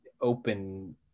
open